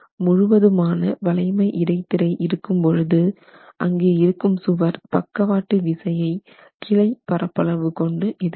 முழுவதுமான வளைமை இடைத்திரை இருக்கும்போது அங்கே இருக்கும் சுவர் பக்கவாட்டு விசையை கிளை பரப்பளவு கொண்டு எதிர்க்கும்